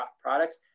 products